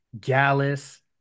Gallus